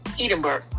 Edinburgh